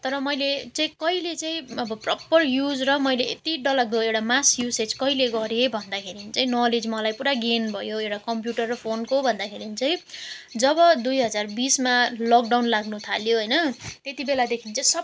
तर मैले चाहिँ कहिले चाहिँ अब प्रपर युज र मैले यति डरलाग्दो एउटा मास युसेज कहिले गरेँ भन्दाखेरि चाहिँ नलेज मलाई पुरा गेन भयो एउटा कम्प्युटर र फोनको भन्दाखेरि चाहिँ जब दुई हजार बिसमा लकडाउन लाग्नु थाल्यो होइन त्यति बेलादेखि चाहिँ सब